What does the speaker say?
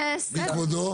יש סבב.